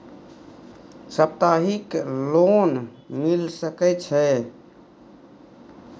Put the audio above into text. सप्ताहिक लोन मिल सके छै?